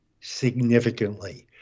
significantly